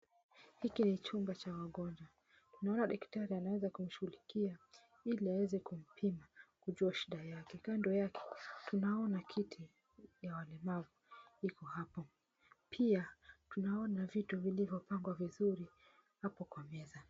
Hiki ni chumba cha wagonjwa. Tunaona daktari anaweza kumshughulikia ili aweze kumpima kujua shida yake. Kando yake tunaona kiti ya walemavu iko hapo. Pia tunaona vitu vilivyo pangwa vizuri hapo kwa meza.